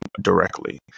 directly